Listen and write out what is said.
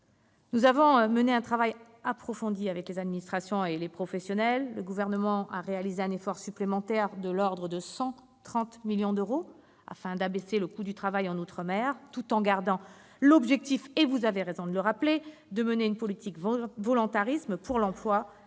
Nous avons mené un travail approfondi avec les administrations et les professionnels. Le Gouvernement a réalisé un effort supplémentaire de l'ordre de 130 millions d'euros, afin d'abaisser le coût du travail en outre-mer, tout en conservant l'objectif de mener une politique volontariste pour l'emploi et contre